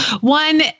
One